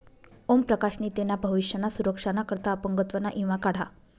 ओम प्रकाश नी तेना भविष्य ना सुरक्षा ना करता अपंगत्व ना ईमा काढा